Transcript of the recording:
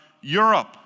Europe